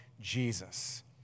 Jesus